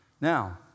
Now